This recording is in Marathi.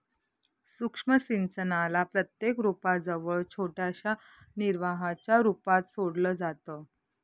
सूक्ष्म सिंचनाला प्रत्येक रोपा जवळ छोट्याशा निर्वाहाच्या रूपात सोडलं जातं